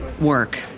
work